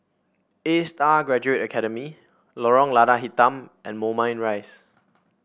A Star Graduate Academy Lorong Lada Hitam and Moulmein Rise